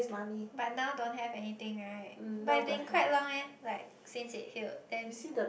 but now don't have anything right but it has been quite long leh like since it healed